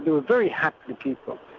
they were very happy, the people.